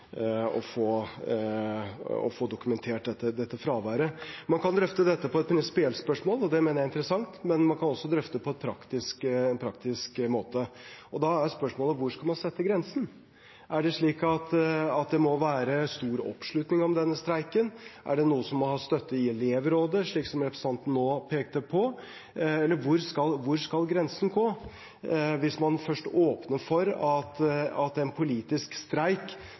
få dokumentert dette fraværet. Man kan drøfte dette som et prinsipielt spørsmål, og det mener jeg er interessant, men man kan også drøfte det på en praktisk måte, og da er spørsmålet: Hvor skal man sette grensen? Er det slik at det må være stor oppslutning om denne streiken? Er dette noe som må ha støtte i elevrådet, slik representanten nå pekte på? Hvor skal grensen gå hvis man først åpner for at politisk streik